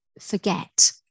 forget